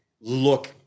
look